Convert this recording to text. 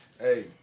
Hey